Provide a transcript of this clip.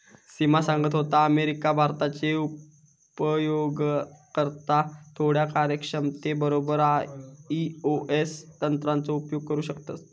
सिमा सांगत होता, अमेरिका, भारताचे उपयोगकर्ता थोड्या कार्यक्षमते बरोबर आई.ओ.एस यंत्राचो उपयोग करू शकतत